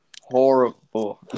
horrible